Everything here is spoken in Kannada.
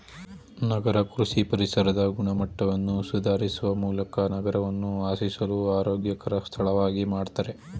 ನಗರ ಕೃಷಿ ಪರಿಸರದ ಗುಣಮಟ್ಟವನ್ನು ಸುಧಾರಿಸುವ ಮೂಲಕ ನಗರವನ್ನು ವಾಸಿಸಲು ಆರೋಗ್ಯಕರ ಸ್ಥಳವಾಗಿ ಮಾಡ್ತದೆ